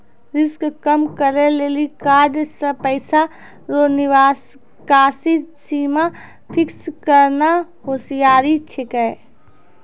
risk कम करै लेली कार्ड से पैसा रो निकासी सीमा फिक्स करना होसियारि छिकै